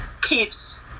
keeps